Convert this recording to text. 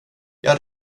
jag